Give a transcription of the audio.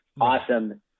awesome